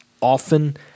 often